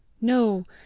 No